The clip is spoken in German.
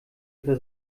ihre